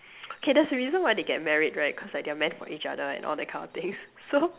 K there's a reason why they get married right cause like they're meant for each other and all that kind of things so